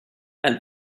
and